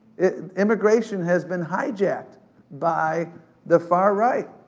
immigration has been hijacked by the far right.